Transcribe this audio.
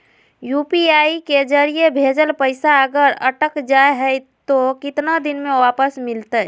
UPI के जरिए भजेल पैसा अगर अटक जा है तो कितना दिन में वापस मिलते?